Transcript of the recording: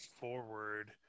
forward